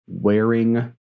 wearing